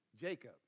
Jacob